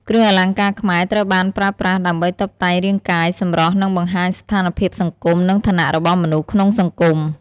គ្រឿងអលង្ការខ្មែរត្រូវបានប្រើប្រាស់ដើម្បីតុបតែងរាងកាយ សម្រស់ និងបង្ហាញស្ថានភាពសង្គម និងឋានៈរបស់មនុស្សក្នុងសង្គម។